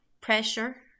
pressure